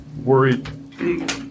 worried